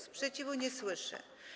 Sprzeciwu nie słyszę.